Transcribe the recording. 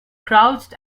crouched